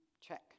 Check